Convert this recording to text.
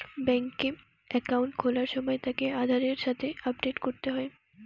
বেংকে একাউন্ট খোলার সময় তাকে আধারের সাথে আপডেট করতে হয়